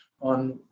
on